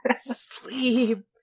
Sleep